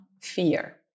fear